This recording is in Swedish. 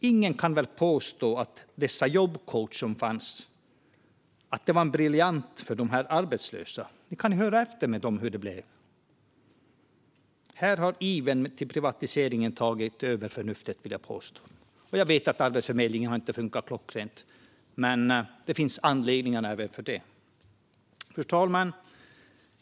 Ingen kan väl påstå att de jobbcoacher som fanns var en briljant idé för de arbetslösa. Vi kan höra med dem hur det blev. Här har privatiseringsivern tagit över förnuftet, vill jag påstå. Jag vet att Arbetsförmedlingen inte har funkat klockrent, men det finns anledningar även till det. Fru talman!